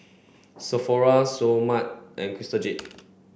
Sephora Seoul Mart and Jade